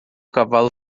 cavalo